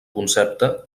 concepte